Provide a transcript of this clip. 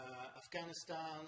Afghanistan